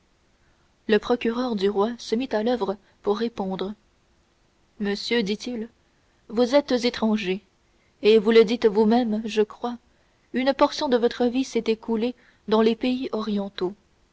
le procureur du roi se mit à l'oeuvre pour répondre monsieur dit-il vous êtes étranger et vous le dites vous-même je crois une portion de votre vie s'est écoulée dans les pays orientaux